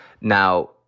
Now